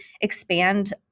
expand